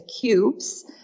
cubes